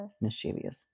Mischievous